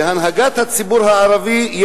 והנהגת הציבור הערבי,